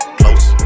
close